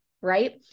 right